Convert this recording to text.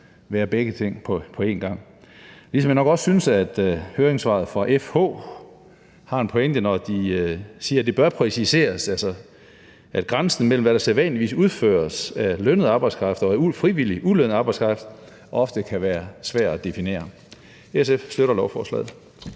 være begge ting på en gang. Ligesom jeg nok også synes, at høringssvaret fra FH har en pointe, når de siger, at det bør præciseres, at grænsen mellem, hvad der sædvanligvis udføres af lønnet arbejdskraft og af frivillig ulønnet arbejdskraft, ofte kan være svær at definere. SF støtter lovforslaget.